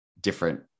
different